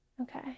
Okay